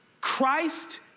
Christ